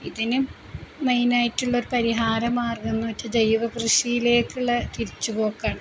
ഇതിനു മെയിനായിട്ടുള്ളൊരു പരിഹാര മാർഗമെന്നുവച്ചാല് ജൈവ കൃഷിയിലേക്കുള്ള തിരിച്ചു പോക്കാണ്